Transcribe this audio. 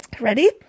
Ready